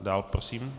Dál prosím?